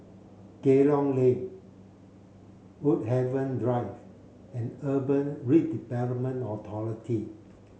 Kerong Lane Woodhaven Drive and Urban Redevelopment Authority